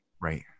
Right